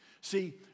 See